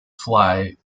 fly